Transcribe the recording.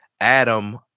Adam